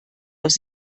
aus